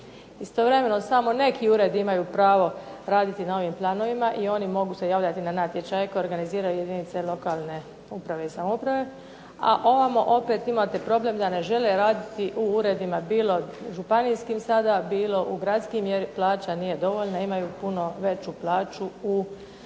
istovremeno samo neki uredi imaju pravo raditi na ovim planovima i oni mogu se javljati na natječaje koje organiziraju jedinice lokalne uprave i samouprave, a ovamo opet imate problem da ne žele raditi u uredima bilo županijskim, bilo gradskim jer plaća nije dovoljna, imaju puno veću plaću u uredima